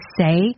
say